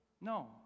No